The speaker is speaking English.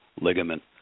ligament